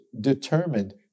determined